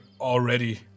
already